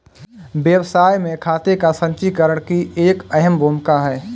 व्यवसाय में खाते का संचीकरण की एक अहम भूमिका है